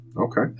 Okay